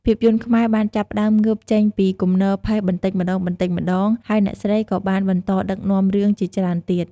ភាពយន្តខ្មែរបានចាប់ផ្តើមងើបចេញពីគំនរផេះបន្តិចម្តងៗ ហើយអ្នកស្រីក៏បានបន្តដឹកនាំរឿងជាច្រើនទៀត។